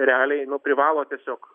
realiai nu privalo tiesiog